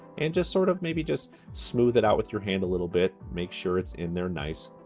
and just sort of maybe just smooth it out with your hand a little bit. make sure it's in there nice.